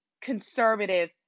conservative